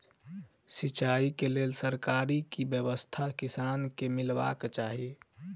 सिंचाई केँ लेल सरकारी की व्यवस्था किसान केँ मीलबाक चाहि?